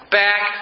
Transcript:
back